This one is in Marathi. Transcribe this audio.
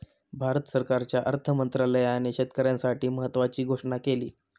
भारत सरकारच्या अर्थ मंत्रालयाने शेतकऱ्यांसाठी महत्त्वाची घोषणा केली